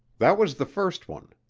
that was the first one.